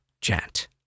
chat